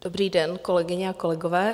Dobrý den, kolegyně a kolegové.